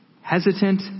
Hesitant